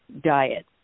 diet